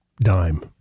dime